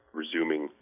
resuming